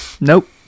Nope